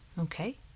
Okay